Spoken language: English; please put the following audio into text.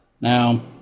Now